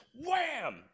wham